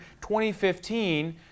2015